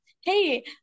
hey